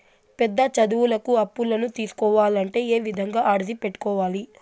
పెద్ద చదువులకు అప్పులను తీసుకోవాలంటే ఏ విధంగా అర్జీ పెట్టుకోవాలి?